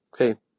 okay